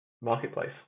marketplace